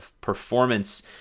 performance